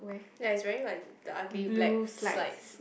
ya he's wearing like the ugly black slides